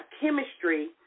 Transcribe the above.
chemistry